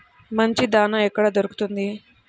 మంచి దాణా ఎక్కడ దొరుకుతుంది?